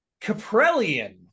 Caprellian